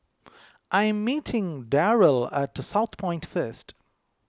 I am meeting Darell at Southpoint first